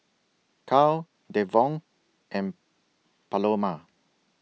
Carl Devaughn and Paloma